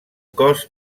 cos